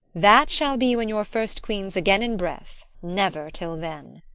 that shall be when your first queen's again in breath never till then.